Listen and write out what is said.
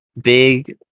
big